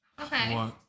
Okay